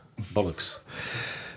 Bollocks